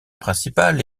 principal